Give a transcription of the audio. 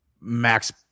Max